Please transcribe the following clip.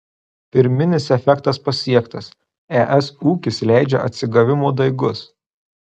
pirminis efektas pasiektas es ūkis leidžia atsigavimo daigus